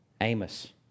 Amos